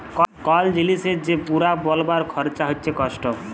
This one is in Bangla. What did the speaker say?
কল জিলিসের যে পুরা বলবার খরচা হচ্যে কস্ট